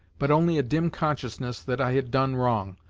but only a dim consciousness that i had done wrong.